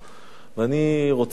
הוא סוף-סוף מטפל בבעיה מאוד-מאוד כאובה.